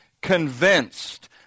convinced